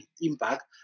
impact